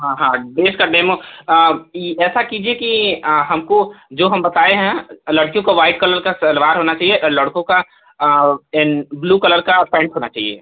हाँ हाँ ड्रेस का डेमो ऐसा कीजिए कि हमको जो हम बताए हैं लड़कियों का वाइट कलर का सलवार होना चहिए और लड़कों का लड़कों का ब्लू कलर का पैन्ट होना चाहिए